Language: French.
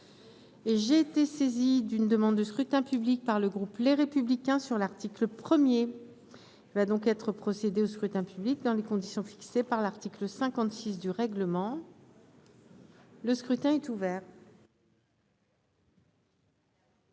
J'ai été saisie d'une demande de scrutin public émanant du groupe Les Républicains. Il va être procédé au scrutin dans les conditions fixées par l'article 56 du règlement. Le scrutin est ouvert.